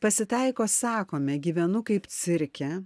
pasitaiko sakome gyvenu kaip cirke